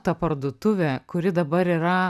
ta parduotuvė kuri dabar yra